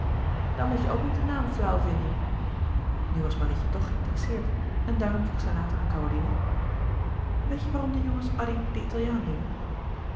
dan moet je ook niet den naam flauw vinden nu was marietje toch geinteresseerd en daarom vroeg zij later aan caroline weet jij waarom de jongens addy de italiaan noemen